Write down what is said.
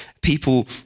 People